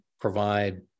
provide